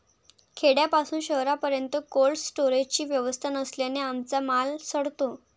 खेड्यापासून शहरापर्यंत कोल्ड स्टोरेजची व्यवस्था नसल्याने आमचा माल सडतो